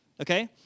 okay